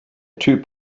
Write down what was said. typ